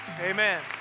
Amen